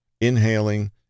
inhaling